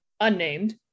unnamed